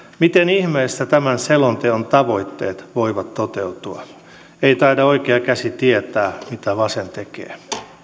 miten ihmeessä tämän selonteon tavoitteet voivat toteutua ei taida oikea käsi tietää mitä vasen tekee